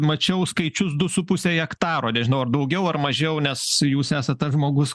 mačiau skaičius du su puse hektaro nežinau ar daugiau ar mažiau nes jūs esat tas žmogus